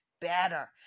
better